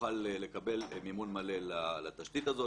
יוכל לקבל מימון מלא לתשתית הזאת.